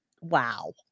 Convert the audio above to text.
wow